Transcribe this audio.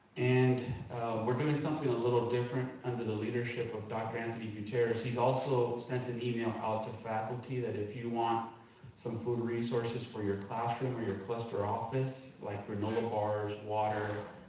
and we're doing something a little different under the leadership of dr. anthony gutierrez. he's also sent an email ah to faculty that if you want some food resources for your classroom or your cuesta office, like granola bars, water,